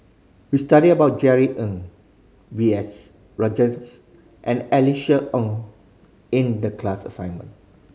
we study about Jerry Ng B S Rajhans and Alice Ong in the class assignment